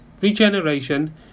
regeneration